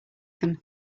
them